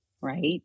right